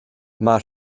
mae